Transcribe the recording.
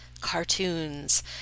cartoons